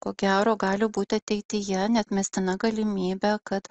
ko gero gali būti ateityje neatmestina galimybė kad